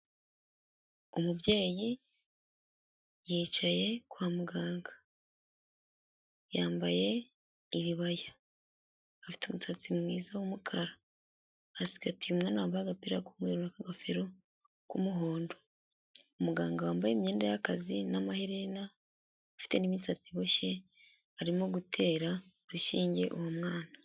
Umubyeyi yicaye kwa muganga yambaye iribaya afite umusatsi mwiza w'umukara, asigaye umwana wambaye agapira k'umwemweru n'ingofero y'umuhondo umuganga wambaye imyenda y'akazi n'amaherena afite n'imisatsi iboshye arimo gutera gushge uwo mwana.